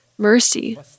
Mercy